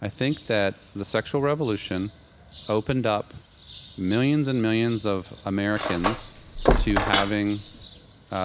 i think that the sexual revolution opened up millions and millions of americans to having